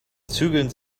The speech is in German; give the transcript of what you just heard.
zügeln